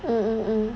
mm mm mm